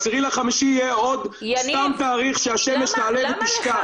זה יהיה עוד תאריך שהשמש תעלה ותשקע.